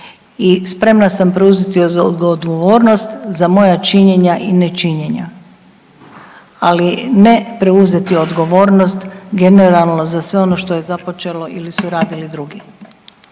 i spremna sam preuzeti odgovornost za moja činjenja i nečinjenja. Ali ne preuzeti odgovornost generalno za sve ono što je započelo ili su radili drugi.